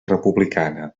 republicana